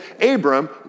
Abram